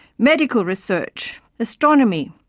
medical research, astronomy,